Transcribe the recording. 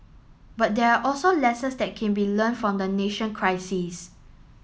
but there are also lessons that can be learnt from the nation crisis